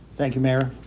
thank you, mayor.